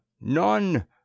none